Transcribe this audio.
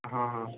हाँ हाँ